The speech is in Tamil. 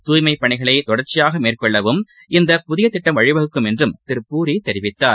தூய்மைப்பணிகளைதொடர்ச்சியாகமேற்கொள்ளவும் இந்த புதிய திட்டம் வழிவகுக்கும் என்றும் திரு பூரி தெரிவித்தார்